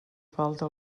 falta